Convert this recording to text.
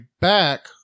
back